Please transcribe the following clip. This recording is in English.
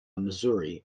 missouri